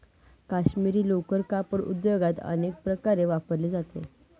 काश्मिरी लोकर कापड उद्योगात अनेक प्रकारे वापरली जाते